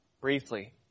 briefly